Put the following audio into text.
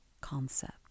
concept